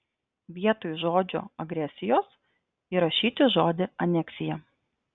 vietoj žodžio agresijos įrašyti žodį aneksija